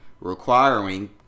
requiring